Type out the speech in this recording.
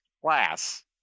class